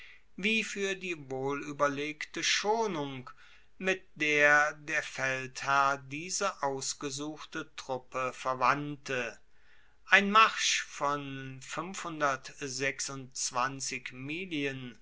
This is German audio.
wie fuer die wohlueberlegte schonung mit der der feldherr diese ausgesuchte truppe verwandte ein marsch von miglien